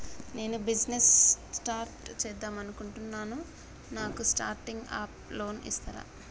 నేను business start చేద్దామనుకుంటున్నాను నాకు స్టార్టింగ్ అప్ లోన్ ఇస్తారా?